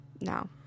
No